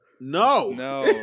No